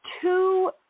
two